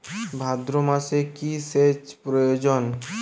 ভাদ্রমাসে কি সেচ প্রয়োজন?